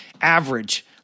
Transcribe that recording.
average